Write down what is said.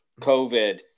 COVID